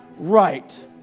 right